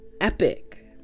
epic